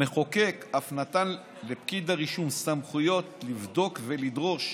המחוקק אף נתן לפקיד הרישום סמכויות לבדוק ולדרוש